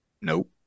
Nope